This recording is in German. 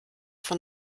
von